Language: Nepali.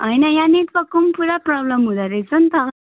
होइन यहाँ नेटवर्कको पनि पुरा प्रोब्लम हुँदो रहेछ नि त